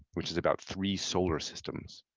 which is about three solar systems.